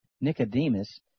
Nicodemus